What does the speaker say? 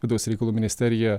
vidaus reikalų ministerija